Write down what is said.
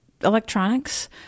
electronics